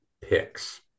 picks